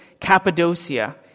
Cappadocia